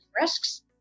risks